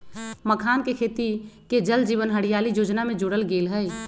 मखानके खेती के जल जीवन हरियाली जोजना में जोरल गेल हई